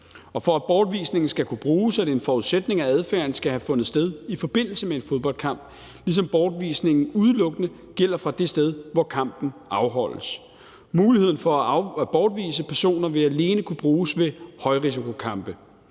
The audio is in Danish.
Og for at bortvisningen skal kunne bruges, er det en forudsætning, at adfærden skal have fundet sted i forbindelse med en fodboldkamp, ligesom bortvisningen udelukkende gælder fra det sted, hvor kampen afholdes. Muligheden for at bortvise personer vil alene kunne bruges ved højrisikokampen.